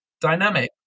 dynamic